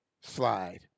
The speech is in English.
slide